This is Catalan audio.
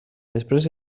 després